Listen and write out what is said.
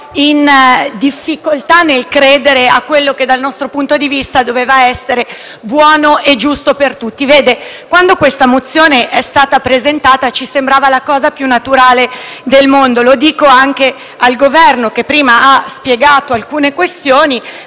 in difficoltà nel credere a quello che, dal nostro punto di vista, doveva essere buono e giusto per tutti. Quando la mozione fu presentata, ci sembrava la cosa più naturale del mondo. Dico questo anche al rappresentante del Governo, che prima ha spiegato alcune questioni,